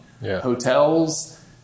Hotels